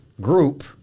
group